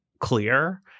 clear